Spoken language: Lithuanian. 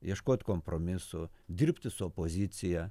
ieškot kompromisų dirbti su opozicija